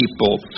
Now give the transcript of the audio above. people